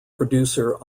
producer